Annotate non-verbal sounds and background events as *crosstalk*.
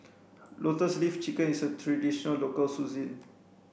lotus leaf chicken is a traditional local *unintelligible*